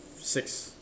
six